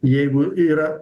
jeigu yra